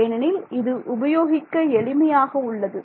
ஏனெனில் இது உபயோகிக்க எளிமையாக உள்ளது